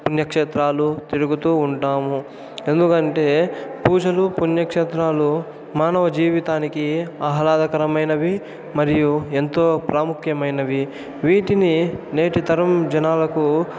పుణ్యక్షేత్రాలు తిరుగుతూ ఉంటాము ఎందుకంటే పూజలు పుణ్యక్షేత్రాలు మానవ జీవితానికి ఆహ్లాదకరమైనవి మరియు ఎంతో ప్రాముఖ్యమైనవి వీటిని నేటి తరం జనాలకు